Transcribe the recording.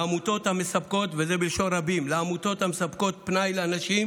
לעמותות, וזה בלשון רבים, המספקות פנאי לאנשים